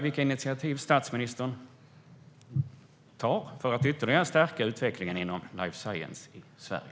Vilka initiativ tar statsministern för att ytterligare stärka utvecklingen inom life science i Sverige?